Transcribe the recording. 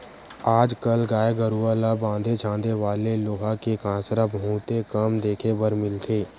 आज कल गाय गरूवा ल बांधे छांदे वाले लोहा के कांसरा बहुते कम देखे बर मिलथे